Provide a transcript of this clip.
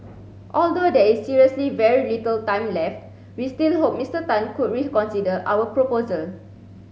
although there is seriously very little time left we still hope Mister Tan could reconsider our proposal